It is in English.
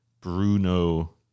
Bruno